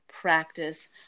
practice